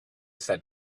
said